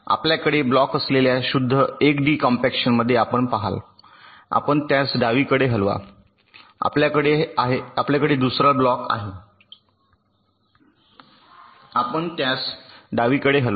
आपल्याकडे ब्लॉक असलेल्या शुद्ध 1 डी कॉम्पॅक्शनमध्ये आपण पहाल आपण त्यास डावीकडे हलवा आपल्याकडे दुसरा ब्लॉक आहे आपण त्यास डावीकडे हलवा